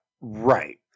Right